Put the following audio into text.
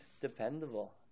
dependable